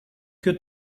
que